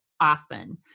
often